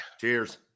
Cheers